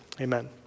amen